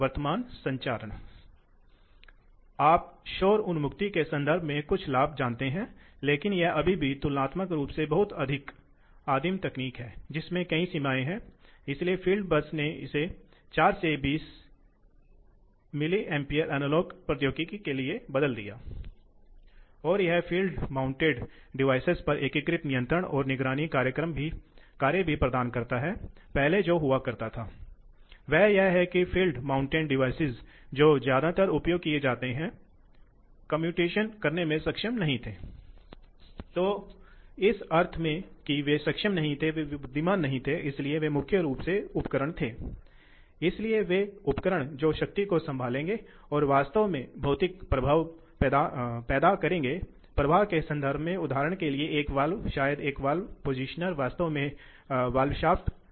वास्तव में यह इस पाठ्यक्रम में अगले कुछ पाठों को प्रेरित करेगा जो हम औद्योगिक ड्राइव पर करने जा रहे हैं शायद यह पाठ दिखाएगा कि औद्योगिक ड्राइव क्यों हैं मेरा मतलब है कि कहानी के कम से कम एक पक्ष को दिखाते हैं कि चर गति ड्राइव महत्वपूर्ण क्यों हैं मेरा मतलब है कि औद्योगिक स्वचालन नियंत्रण में ऐसी महत्वपूर्ण तकनीक